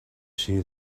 shear